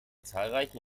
zahlreichen